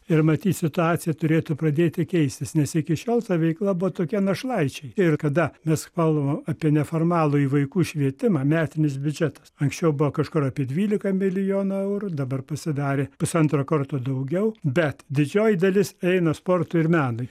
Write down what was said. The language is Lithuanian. ir matyt situacija turėtų pradėti keistis nes iki šiol ta veikla buvo tokia našlaičiai ir kada mes kalbam apie neformalųjį vaikų švietimą metinis biudžetas anksčiau buvo kažkur apie dvylika milijonį eurų dabar pasidarė pusantro karto daugiau bet didžioji dalis eina sportui ir menui